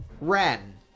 Ren